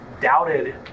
doubted